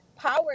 Power